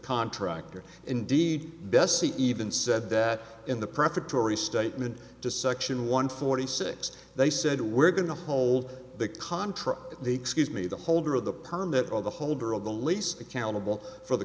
contractor indeed bessie even said that in the prefatory statement to section one forty six they said we're going to hold the contract the excuse me the holder of the permit or the holder of the lease accountable for the